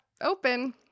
open